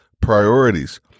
priorities